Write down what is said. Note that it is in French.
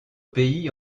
pays